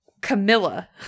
Camilla